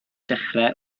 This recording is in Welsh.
ddechrau